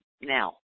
now